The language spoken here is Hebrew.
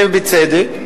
ובצדק,